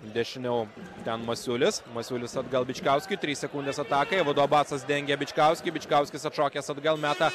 dešiniau ten masiulis masiulis atgal bičkauskiui trys sekundes atakai abudu abasas dengia bičkauskį bičkauskis atšokęs atgal meta